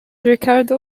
ricardo